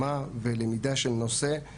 אני לא מכיר את המקרה הספציפי,